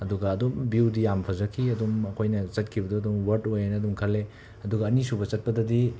ꯑꯗꯨꯒ ꯑꯗꯨꯝ ꯕ꯭ꯌꯨꯗꯤ ꯌꯥꯝꯅ ꯐꯖꯈꯤ ꯑꯗꯨꯝ ꯑꯩꯈꯣꯏꯅ ꯆꯠꯈꯤꯕꯗꯣ ꯑꯗꯨꯝ ꯋꯔꯠ ꯑꯣꯏꯌꯦꯅ ꯑꯗꯨꯝ ꯈꯜꯂꯦ ꯑꯗꯨꯒ ꯑꯅꯤꯁꯨꯕ ꯆꯠꯄꯗꯗꯤ